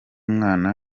mwana